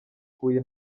huye